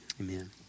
amen